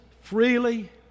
freely